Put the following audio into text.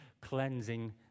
cleansing